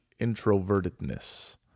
introvertedness